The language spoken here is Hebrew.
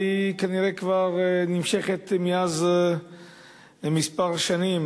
והיא כנראה נמשכת זה כמה שנים,